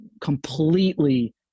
completely